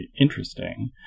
interesting